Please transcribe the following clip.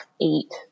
eight